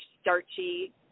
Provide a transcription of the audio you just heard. starchy